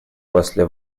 после